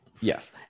Yes